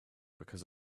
because